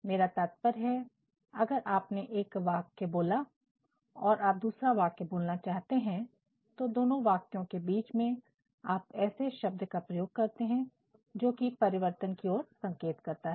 मेरा तात्पर्य है अगर आपने एक वाक्य बोला और आप दूसरा वाक्य बोलना चाहते हैं दोनों वाक्यों के बीच में आप ऐसे शब्द का प्रयोग करते हैं जोकि परिवर्तन की ओर संकेत करता है